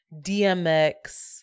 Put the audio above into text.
DMX